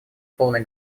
полной